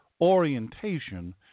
orientation